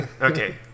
Okay